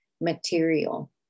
material